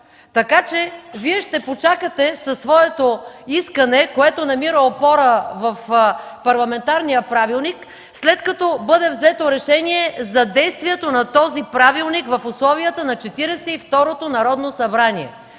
правилата. Вие ще почакате със своето искане, което намира опора в парламентарния правилник, след като бъде взето решение за действието на този правилник в условията на Четиридесет